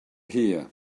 here